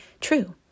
true